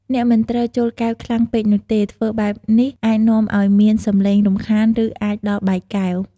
អ្នកមិនត្រូវជល់កែវខ្លាំងពេកនោះទេ ធ្វើបែបនេះអាចនាំអោយមានសំឡេងរំខានឬ អាចដល់បែកកែវ។